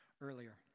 earlier